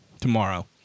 tomorrow